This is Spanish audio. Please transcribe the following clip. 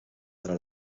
para